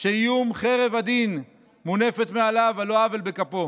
שאיום חרב הדין מונף מעליו על לא עוול בכפו.